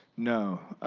no.